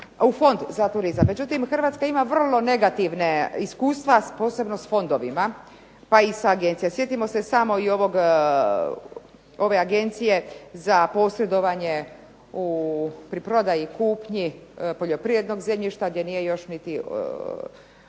u fond za turizam. Međutim, Hrvatska ima vrlo negativna iskustva posebno s fondovima pa i s agencijama. Sjetimo se samo i ove Agencije za posredovanje pri prodaji, kupnji poljoprivrednog zemljišta gdje nije još niti